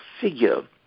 figure